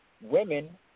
women